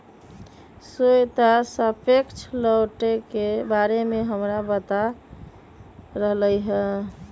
श्वेता सापेक्ष लौटे के बारे में हमरा बता रहले हल